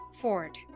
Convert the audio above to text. ford